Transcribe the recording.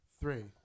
Three